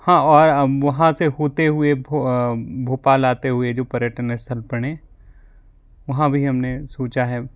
हाँ वहाँ से होते हुए भोपाल आते हुऐ जो पर्यटन स्थल पड़ें वहाँ भी हमने सोचा है